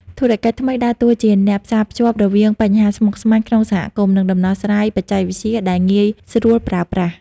ធុរកិច្ចថ្មីដើរតួជាអ្នកផ្សារភ្ជាប់រវាងបញ្ហាស្មុគស្មាញក្នុងសហគមន៍ និងដំណោះស្រាយបច្ចេកវិទ្យាដែលងាយស្រួលប្រើប្រាស់។